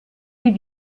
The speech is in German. die